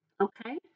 okay